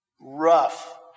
rough